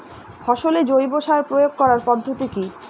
ফসলে জৈব সার প্রয়োগ করার পদ্ধতি কি?